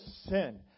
sin